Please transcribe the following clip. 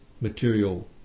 material